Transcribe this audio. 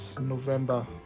November